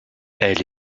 elle